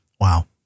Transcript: Wow